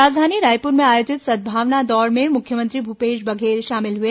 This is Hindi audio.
राजधानी रायपुर में आयोजित सद्भावना दौड़ में मुख्यमंत्री भूपेश बघेल शामिल हुए